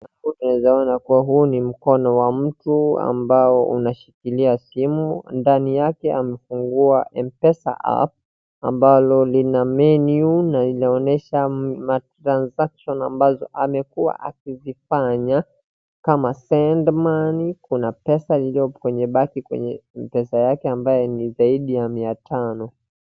Tunaweza ona kuwa huu ni mkono wa mtu ambao unashikilia mtu ndani yake amefungua Mpesa app ambalo lina menyu na inaonesha ma transcations ambazo amekuwa akizifanya kama send money kuna pesa zilizopo kwenye baki kwenye pesa yake ambayo ni zaidi ya mia tano.